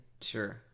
Sure